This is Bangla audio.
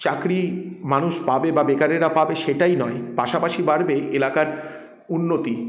চাকরি মানুষ পাবে বা বেকারেরা পাবে সেটাই নয় পাশাপাশি বাড়বে এলাকার উন্নতি